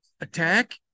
attack